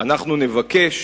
אנחנו נבקש